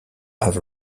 have